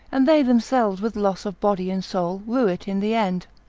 and they themselves with loss of body and soul rue it in the end.